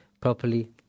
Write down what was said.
properly